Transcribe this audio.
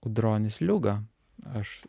audronis liuga aš